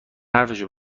حرفشو